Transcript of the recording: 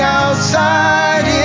outside